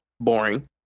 boring